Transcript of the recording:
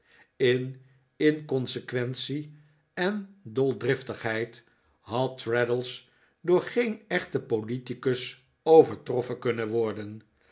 in inconsequentie en doldriftigheid had traddles door geen echten politicus overtroffen kunnen worden